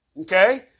Okay